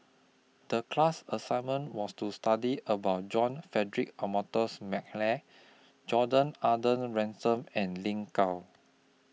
The class assignment was to study about John Frederick Adolphus Mcnair Gordon Arthur Ransome and Lin Gao